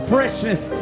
Freshness